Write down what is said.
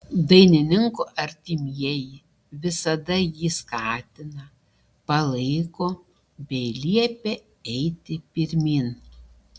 dainininko artimieji visada jį skatina palaiko bei liepia eiti pirmyn